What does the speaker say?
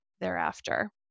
thereafter